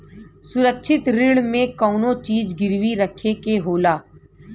सुरक्षित ऋण में कउनो चीज गिरवी रखे के होला